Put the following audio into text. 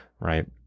Right